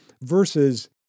versus